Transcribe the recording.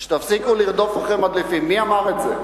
תפסיקו לרדוף אחרי מדליפים, מי אמר את זה?